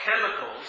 chemicals